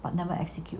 but never execute